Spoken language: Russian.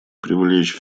привлечь